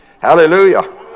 Hallelujah